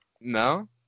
No